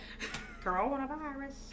Coronavirus